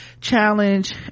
challenge